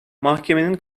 mahkemenin